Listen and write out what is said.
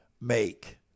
make